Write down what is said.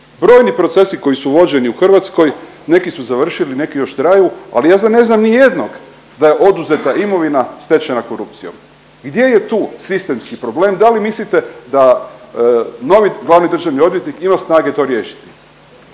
Brojni procesi koji su vođeni u Hrvatskoj neki su završili, neki još traju. Ali ja ne znam ni jednog da je oduzeta imovina stečena korupcijom. Gdje je tu sistemski problem? Da li mislite da novi glavni državni odvjetnik ima snage to riješiti?